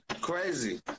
Crazy